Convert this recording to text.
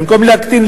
במקום להקטין,